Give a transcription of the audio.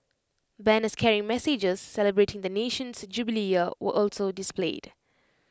banners carrying messages celebrating the nation's jubilee year were also displayed